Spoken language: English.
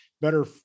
better